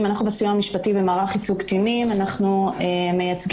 המשפטי במערך ייצוג קטינים אנחנו מייצגים